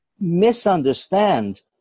misunderstand